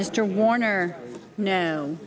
mr warner no